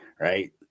Right